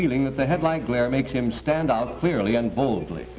feeling that the headline glare makes him stand out clearly and boldly